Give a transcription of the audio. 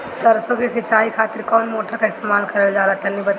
सरसो के सिंचाई खातिर कौन मोटर का इस्तेमाल करल जाला तनि बताई?